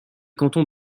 cantons